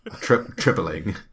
Tripling